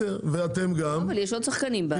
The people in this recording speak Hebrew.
אבל יש עוד שחקנים.